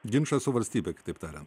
ginčas su valstybe kitaip tariant